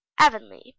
avonlea